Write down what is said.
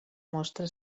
mostra